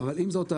אבל עם זאת,